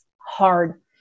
hard